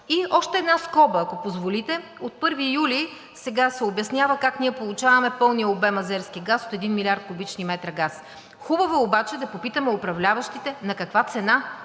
И още една скоба, ако позволите. От 1 юли сега се обяснява как ние получаваме пълния обем азерски газ от 1 млрд. кубични метра. Хубаво е обаче да попитаме управляващите на каква цена